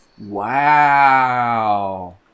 Wow